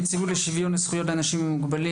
נציבות לשוויון זכויות לאנשים מוגבלים,